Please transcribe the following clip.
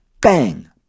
bang